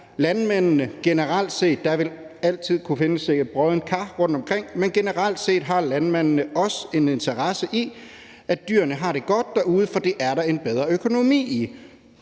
Der vil altid kunne findes et broddent kar rundtomkring, men generelt set har landmændene også en interesse i, at dyrene har det godt derude, for det er der en bedre økonomi i.